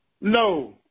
No